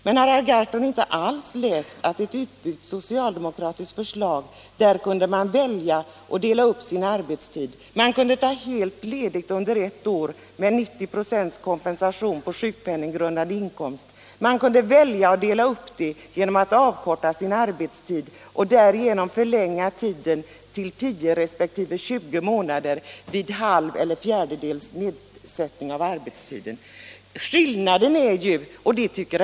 Men har herr Gahrton inte alls läst att man i ett utbyggt socialdemokratiskt förslag kunde välja hur man ville dela upp sin arbetstid? Man kunde ta ledigt under ett år med 90 procents kompensation för förlorad arbetsinkomst beräknad på den sjukpenninggrundande inkomsten. Man kunde välja att förkorta sin arbetstid till hälften eller till en fjärdedel och därigenom förlänga den lediga tiden till tio resp. tjugo månader.